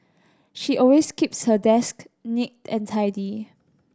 she always keeps her desk neat and tidy